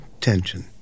tension